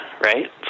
right